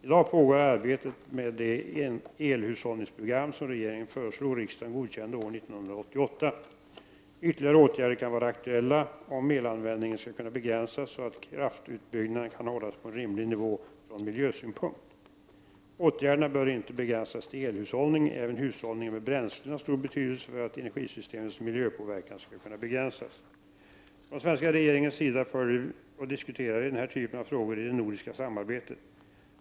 I dag pågår arbetet med det elhushållningsprogram som regeringen före slog och riksdagen godkände år 1988. Ytterligare åtgärder kan vara aktuella om elanvändningen skall kunna begränsas så att kraftutbyggnaden kan hållas på en rimlig nivå från miljösynpunkt. Åtgärderna bör inte begränsas till elhushållning. Även hushållning med bränslen har stor betydelse för att energisystemets miljöpåverkan skall kunna begränsas. Från svenska regeringens sida följer och diskuterar vi den här typen av frågor i det nordiska samarbetet.